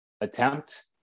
attempt